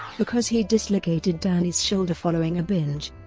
because he dislocated danny's shoulder following a binge.